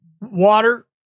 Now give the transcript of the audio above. water